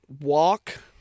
walk